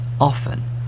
often